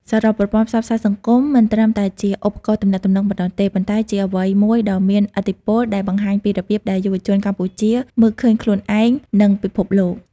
សរុប ប្រព័ន្ធផ្សព្វផ្សាយសង្គមមិនត្រឹមតែជាឧបករណ៍ទំនាក់ទំនងប៉ុណ្ណោះទេ ប៉ុន្តែជាអ្វីមួយដ៏មានឥទ្ធិពលដែលបង្ហាញពីរបៀបដែលយុវជនកម្ពុជាមើលឃើញខ្លួនឯង និងពិភពលោក។